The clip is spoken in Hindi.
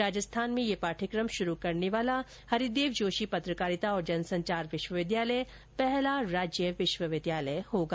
राजस्थान में यह पाठ्यक्रम शुरू करने वाला हरिदेव जोशी पत्रकारिता और जनसंचार विश्वविद्यालय पहला राज्य विश्वविद्यालय होगा